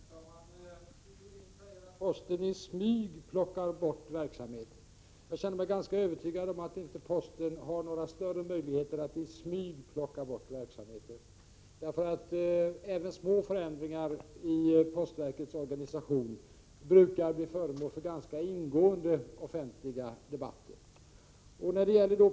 Herr talman! Sigge Godin säger att posten i smyg plockar bort verksamheter. Jag är ganska övertygad om att posten inte har några större möjligheter att i smyg lägga ned verksamheter. Även små förändringar i postverkets organisation brukar bli föremål för ganska ingående offentliga debatter.